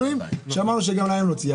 שאמרנו שגם להם נוציא.